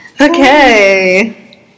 Okay